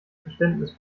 verständnis